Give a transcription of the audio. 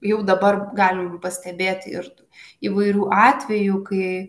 jau dabar galima pastebėti ir tų įvairių atvejų kai